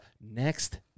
next